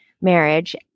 marriage